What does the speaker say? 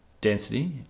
density